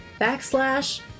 backslash